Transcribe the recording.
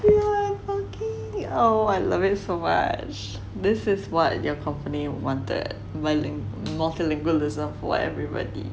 oh I love it for was this with what their company wanted bilin~ multilingualism for everybody